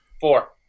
Four